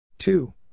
Two